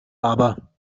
aber